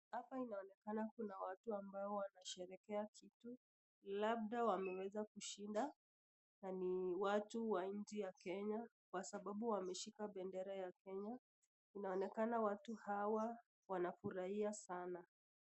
Hapa inaonekana kwamba kuna watu wanasherekea, labda wameweza kushinda, na ni watu wa nchi ya Kenya kwa sababu wameshika bendera ya kenya inaonekana watu hawa wanafurahia sana.